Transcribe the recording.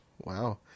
wow